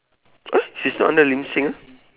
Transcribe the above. eh she's not under ling xin meh